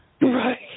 Right